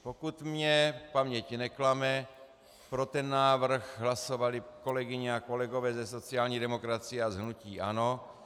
Pokud mě paměť neklame, pro ten návrh hlasovali kolegyně a kolegové ze sociální demokracie a z hnutí ANO.